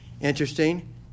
Interesting